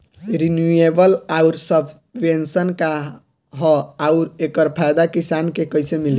Renewable आउर subvention का ह आउर एकर फायदा किसान के कइसे मिली?